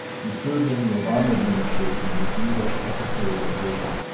he served in the obama administration as us secretary of labor.